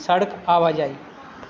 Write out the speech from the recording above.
ਸੜਕ ਆਵਾਜਾਈ